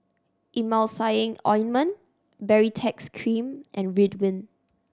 Emulsying Ointment Baritex Cream and Ridwind